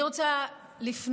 חסינות